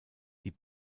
die